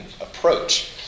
approach